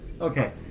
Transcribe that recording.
Okay